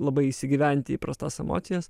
labai įsigyventi į prastas emocijas